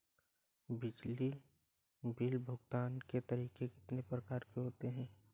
बिजली बिल भुगतान के तरीके कितनी प्रकार के होते हैं?